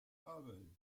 abel